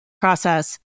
process